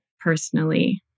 personally